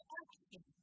action